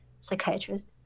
psychiatrist